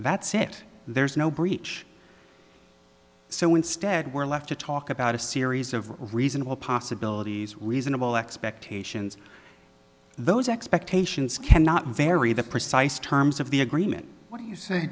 that's it there's no breach so instead we're left to talk about a series of reasonable possibilities reasonable expectations those expectations cannot vary the precise terms of the agreement what do you say